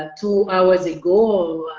ah two hours ago.